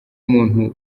muntu